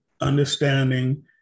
understanding